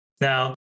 Now